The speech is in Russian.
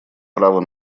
право